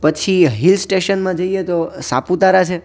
પછી હીલ સ્ટેશનમાં જઈએ તો સાપુતારા છે